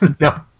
No